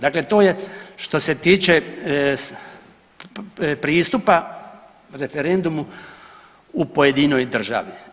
Dakle, to je što se tiče pristupa referendumu u pojedinoj državi.